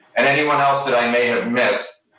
and anyone else that i may have missed.